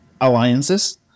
alliances